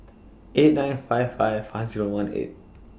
eight nine five five five Zero one eight